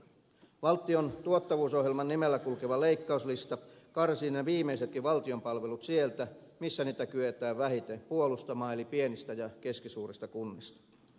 valtion tuottavuusohjelman nimellä kulkeva leikkauslista karsii ne viimeisetkin valtion palvelut sieltä missä niitä kyetään vähiten puolustamaan eli pienistä ja keskisuurista kunnista